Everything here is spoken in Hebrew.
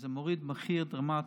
שזה מוריד את המחיר דרמטית.